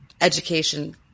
education